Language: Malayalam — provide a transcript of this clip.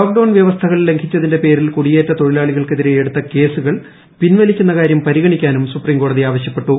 ലോക്ഡൌൺ വ്യവസ്ഥകൾ ലംഘിച്ചതിന്റെ പേരിൽ ക്ടൂടിയേറ്റ തൊഴിലാളികൾക്കെതിരെ എടുത്ത കേസുകൾ പിൻവലിക്കുന്ന കാര്യം പരിഗണിക്കാനും സുപ്രീംകോടതി ആവശ്യപ്പെട്ടു